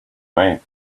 way